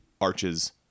arches